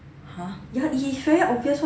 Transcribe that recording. !huh!